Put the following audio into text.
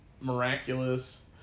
miraculous